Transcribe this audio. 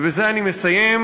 ובזה אני מסיים,